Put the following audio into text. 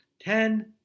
Ten